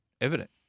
evident